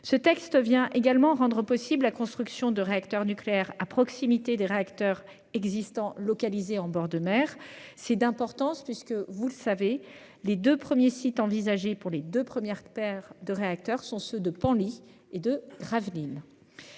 Ce texte rend également possible la construction de réacteurs nucléaires à proximité des réacteurs existants localisés en bord de mer. C'est une mesure d'importance, puisque, vous le savez, les deux premiers sites envisagés pour l'implantation des deux premières paires de réacteurs sont ceux de Penly et de Gravelines.